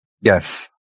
Yes